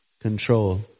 control